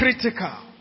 critical